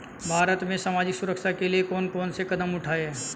भारत में सामाजिक सुरक्षा के लिए कौन कौन से कदम उठाये हैं?